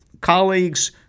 colleagues